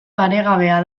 paregabea